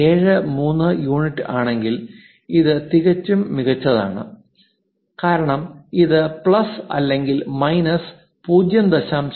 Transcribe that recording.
73 unit ആണെങ്കിൽ ഇത് തികച്ചും മികച്ചതാണ് കാരണം ഇത് പ്ലസ് അല്ലെങ്കിൽ മൈനസ് 0